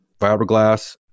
fiberglass